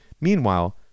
Meanwhile